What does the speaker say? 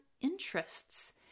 interests